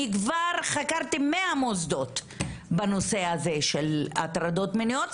אני כבר חקרתי 100 מוסדות בנושא הזה של הטרדות מיניות,